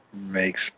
makes